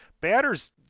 batters